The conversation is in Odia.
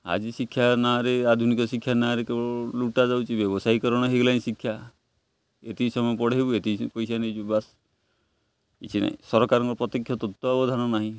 ଆଜି ଶିକ୍ଷା ନାଁରେ ଆଧୁନିକ ଶିକ୍ଷା ନାଁରେ କେବଳ ଲୁଟା ଯାଉଛି ବ୍ୟବସାୟୀକରଣ ହେଇଗଲାଣି ଶିକ୍ଷା ଏତିକି ସମୟ ପଢ଼େଇବୁ ଏତିକ ପଇସା ନେଇଯିବୁ ବାସ୍ କିଛି ନାହିଁ ସରକାରଙ୍କର ପ୍ରତ୍ୟକ୍ଷ ତତ୍ତ୍ୱାବଧାନ ନାହିଁ